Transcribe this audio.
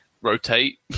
rotate